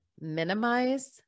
minimize